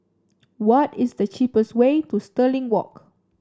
what is the cheapest way to Stirling Walk